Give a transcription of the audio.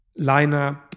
lineup